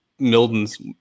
Milden's